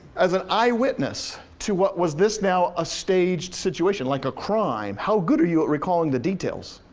as an eye witness to what was this now, a staged situation, like a crime, how good are you at recalling the details?